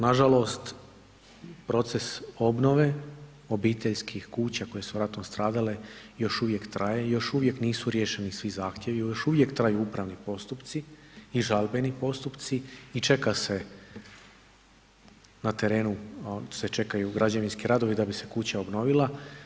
Nažalost, proces obnove obiteljskih kuća koje su ratom stradale još uvijek traje i još uvijek nisu riješeni svi zahtjevi i još uvijek traju upravni postupci i žalbeni postupci i čeka se na terenu se čekaju građevinski radovi da bi se kuća obnovila.